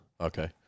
Okay